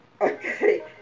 Okay